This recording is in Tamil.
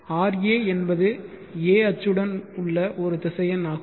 ra என்பது a அச்சுடன் உள்ள ஒரு திசையன் ஆகும்